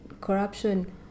corruption